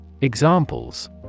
Examples